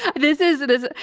this is, it is,